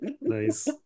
Nice